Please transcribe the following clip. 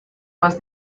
was